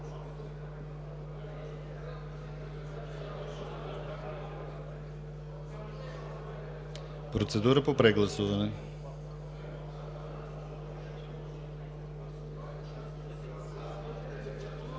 процедура по прегласуване.